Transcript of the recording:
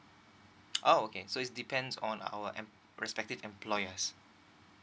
oh okay so is depends on our em~ respective employers